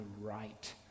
right